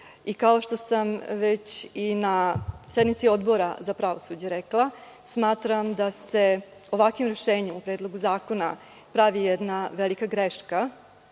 što sam već i na sednici Odbora za pravosuđe rekla, smatram da se ovakvim rešenjem Predloga zakona pravi jedna velika greška